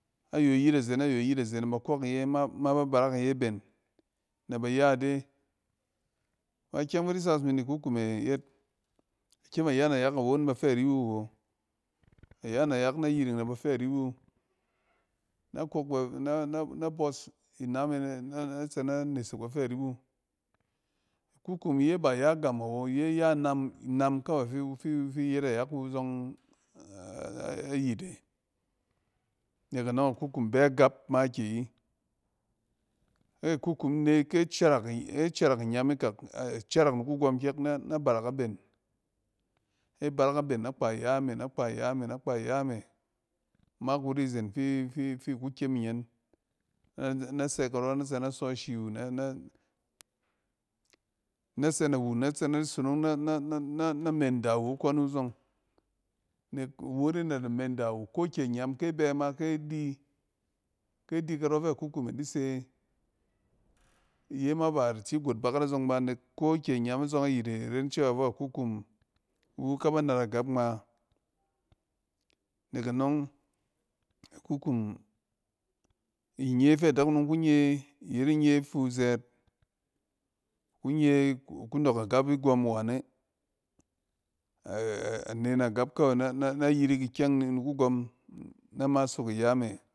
Nyo yit aze nay o yit aze na ba kɔɛ. k iye ma ba barak iye naben, nɛ bag a ide. Ma kyɛng ɔng fi di sas imi nɛ kukume yet akyem a ya nayak awon bafɛ riwu awo. Aya na yuk na yiring na ba fɛ riwu. Na kok ba, na-na bɔs iname na-ne tse na nesek bafɛ riwu. Kukum iye bay a gɛm awo, iye ya nam, inam kawey fi-fi-fi yet nayak wu zɔng ayite. Nek anɔng akukum bɛ gap makiyi. Ke kukum ne kyɛ caarak-kyɛ carak inyam ikak, acarak ni kugɔm kyɛk nɛ nabarak aben. Ke barak a ben, nɛ kpa yame, nɛ kpa ya me, nɛ kpu ya me ma kuri zen fi-fi-fi ku kyem ninyem na sɛ karɔ na tsɛ na sɔ shiwu nɛ-nɛ-nɛ menda wu akɔn wu zɔng nɛ-nɛ-nɛ menda wu akɔn wu zɔng. Nek iwu re nada menda wu ko kyɛ inyam kyɛ bɛ ma ke di, ke di karɔ fɛ kukume dise, iye ma bada tsi got bakat azɔng ba nek ko kyɛ inyam azɔng ayit e ren cewa fok a kukum iwu kaba nar agap ngma. Nek anɔng, ɛkukum, inye fɛ dakunomku nye iyet inye fu zɛɛt. A kun ye, a ku nɔɔk agap iyɔm wane a-ne na gap kawey nɛ yirik ikyɛng ni kugɔm na ma sok iya me.